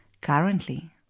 Currently